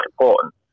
important